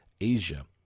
Asia